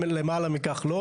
למעלה מכך, לא.